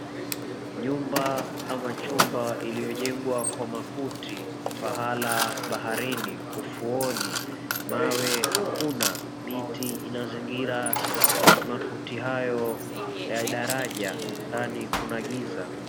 Nyumba ama chumba iliyojengwa kwa makuti pahala baharini ufuoni mawe hakuna miti inazingira makuti hayo ya daraja ndani kuna giza.